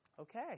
Okay